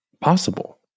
possible